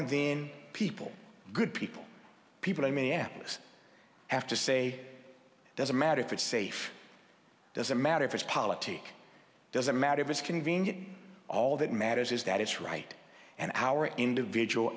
and then people good people people i mean analysts have to say doesn't matter if it's safe doesn't matter if it's politic doesn't matter if it's convenient all that matters is that it's right and our individual